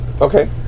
Okay